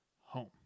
home